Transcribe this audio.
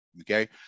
Okay